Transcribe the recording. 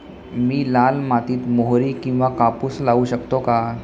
मी लाल मातीत मोहरी किंवा कापूस लावू शकतो का?